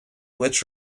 which